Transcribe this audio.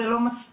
זה לא מספיק.